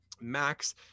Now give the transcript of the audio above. Max